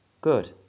good